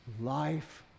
life